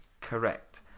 Correct